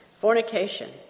Fornication